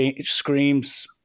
screams